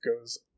goes